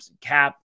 cap